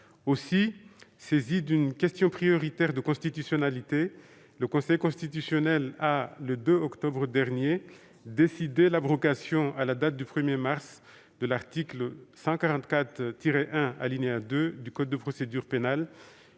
Aussi, saisi d'une question prioritaire de constitutionnalité, le Conseil constitutionnel a, le 2 octobre dernier, décidé l'abrogation à la date du 1 mars 2021 du second alinéa de l'article 144-1 du code de procédure pénale,